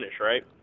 right